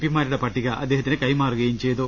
പിമാരുടെ പട്ടിക അദ്ദേഹ ത്തിന് കൈമാറുകയും ചെയ്തു